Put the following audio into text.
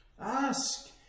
Ask